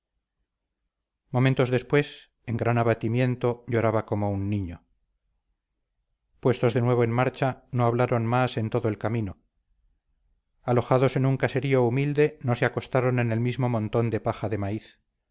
momentos después en gran abatimiento lloraba como un niño puestos de nuevo en marcha no hablaron más en todo el camino alojados en un caserío humilde no se acostaron en el mismo montón de paja de maíz